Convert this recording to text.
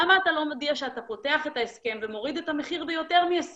למה אתה לא מודיע שאתה פותח את ההסכם ומוריד את המחיר ביותר מ-25%,